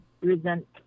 resent